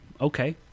okay